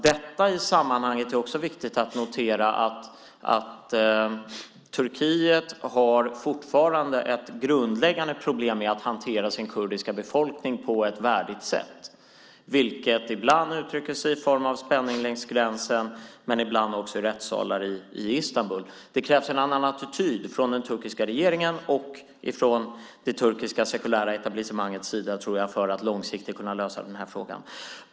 Det är i sammanhanget också viktigt att notera att Turkiet fortfarande har ett grundläggande problem med att hantera sin kurdiska befolkning på ett värdigt sätt. Det yttrar sig ibland i form av spänning längs gränsen men ibland också i rättssalar i Istanbul. Det krävs en annan attityd från den turkiska regeringen och från det turkiska sekulära etablissemangets sida, tror jag, för att långsiktigt kunna lösa den här frågan.